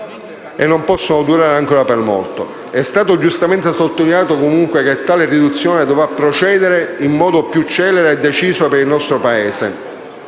non possono durare ancora per molto. È stato giustamente sottolineato, comunque, come tale riduzione dovrà procedere in modo più celere e deciso perché il nostro Paese